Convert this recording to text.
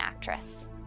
actress